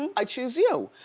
i choose you!